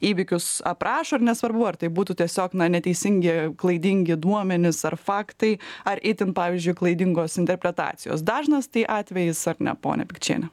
įvykius aprašo ir nesvarbu ar tai būtų tiesiog na neteisingi klaidingi duomenys ar faktai ar itin pavyzdžiui klaidingos interpretacijos dažnas tai atvejis ar ne ponia pikčiene